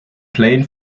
plane